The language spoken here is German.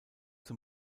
zum